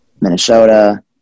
Minnesota